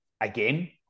again